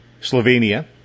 Slovenia